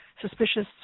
suspicious